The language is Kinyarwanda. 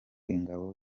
ingabo